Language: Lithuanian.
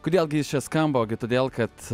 kodėl gi jis čia skamba ogi todėl kad